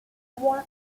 one